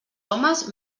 homes